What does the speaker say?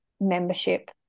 membership